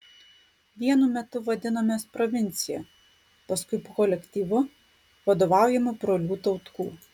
vienu metu vadinomės provincija paskui kolektyvu vadovaujamu brolių tautkų